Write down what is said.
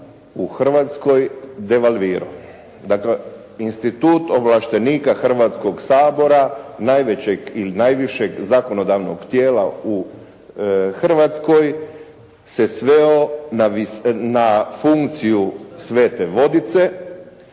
u Hrvatskoj devalvirao. Dakle, institut ovlaštenika Hrvatskog sabora najvećeg ili najvišeg zakonodavnog tijela u Hrvatskoj se sveo na funkciju svete vodice,